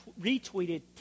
retweeted